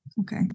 Okay